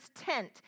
tent